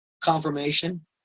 Confirmation